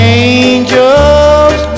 angels